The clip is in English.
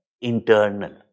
internal